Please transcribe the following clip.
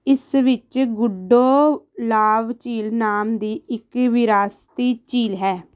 ਇਸ ਵਿੱਚ ਗੁੰਡੋਲਾਵ ਝੀਲ ਨਾਮ ਦੀ ਇੱਕ ਵਿਰਾਸਤੀ ਝੀਲ ਹੈ